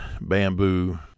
bamboo